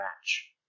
match